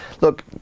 look